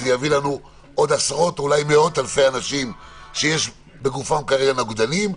זה יביא לנו עוד עשרות או מאות אלפי אנשים שיש בגופם נוגדנים כרגע.